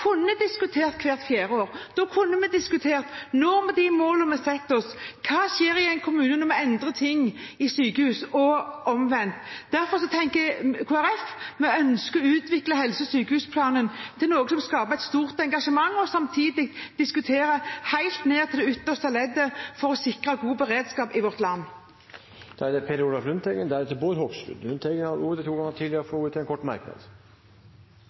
kunne diskutert hvert fjerde år. Da kunne vi diskutert spørsmål som: Når vi de målene vi setter oss? Hva skjer i en kommune når vi endrer noe i sykehus og omvendt? Derfor ønsker Kristelig Folkeparti å utvikle helse- og sykehusplanen til noe som skaper et stort engasjement og samtidig diskuterer helt ned til det ytterste ledd hvordan vi kan sikre god beredskap i vårt land. Representanten Per Olaf Lundteigen har hatt ordet to ganger tidligere og får ordet til en kort merknad,